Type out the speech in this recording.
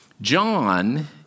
John